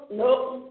nope